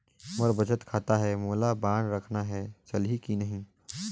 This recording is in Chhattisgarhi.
मोर बचत खाता है मोला बांड रखना है चलही की नहीं?